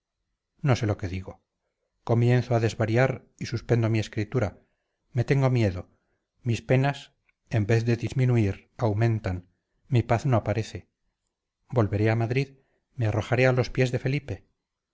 no sé lo que digo comienzo a desvariar y suspendo mi escritura me tengo miedo mis penas en vez de disminuir aumentan mi paz no aparece volveré a madrid me arrojaré a los pies de felipe